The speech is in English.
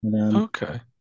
Okay